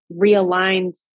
realigned